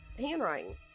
handwriting